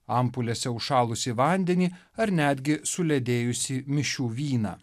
ampulėse užšalusį vandenį ar netgi suledėjusį mišių vyną